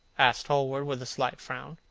asked hallward, with a slight frown.